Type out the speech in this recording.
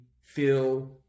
feel